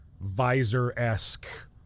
visor-esque